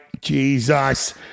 Jesus